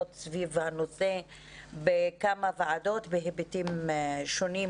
סביב הנושא בכמה ועדות בהיבטים שונים,